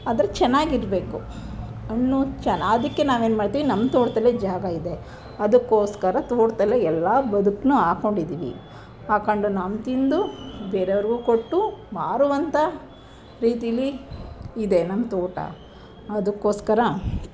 ಆದರೆ ಚೆನ್ನಾಗಿರ್ಬೇಕು ಹಣ್ಣು ಚೆನ್ನಾಗಿ ಅದಕ್ಕೆ ನಾನು ಏನು ಮಾಡ್ತೀವಿ ನಮ್ಮ ತೋಟದಲ್ಲೇ ಜಾಗ ಇದೆ ಅದಕ್ಕೋಸ್ಕರ ತೋಟದಲ್ಲೇ ಎಲ್ಲ ಬದುಕನ್ನೂ ಹಾಕೊಂಡಿದ್ದೀವಿ ಹಾಕೊಂಡು ನಮ್ಮ ತಿಂದು ಬೇರೆಯವ್ರಿಗೂ ಕೊಟ್ಟು ಮಾರುವಂಥ ರೀತಿಲಿ ಇದೆ ನಮ್ಮ ತೋಟ ಅದಕ್ಕೋಸ್ಕರ